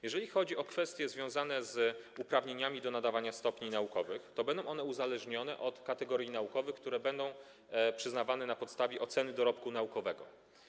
Jeżeli chodzi o kwestie związane z uprawnieniami do nadawania stopni naukowych, to będą one uzależnione od kategorii naukowych, które będą przyznawane na podstawie oceny dorobku naukowego.